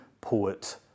poet